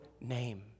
name